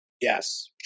Yes